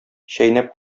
чәйнәп